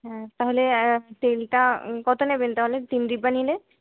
হ্যাঁ তাহলে তেলটা কত নেবেন তাহলে তিন ডিব্বা নিলে